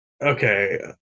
okay